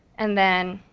and then,